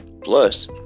Plus